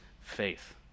faith